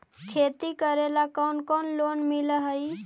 खेती करेला कौन कौन लोन मिल हइ?